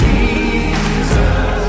Jesus